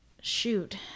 shoot